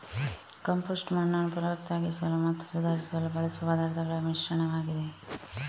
compost ಮಣ್ಣನ್ನು ಫಲವತ್ತಾಗಿಸಲು ಮತ್ತು ಸುಧಾರಿಸಲು ಬಳಸುವ ಪದಾರ್ಥಗಳ ಮಿಶ್ರಣವಾಗಿದೆ